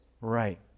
right